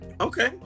Okay